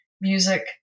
Music